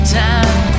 time